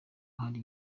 hari